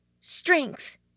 Strength